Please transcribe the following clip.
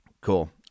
Cool